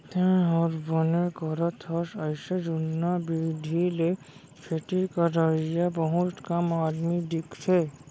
तैंहर बने करत हस अइसे जुन्ना बिधि ले खेती करवइया बहुत कम आदमी दिखथें